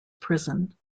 prison